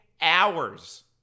hours